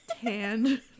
tanned